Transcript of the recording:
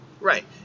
Right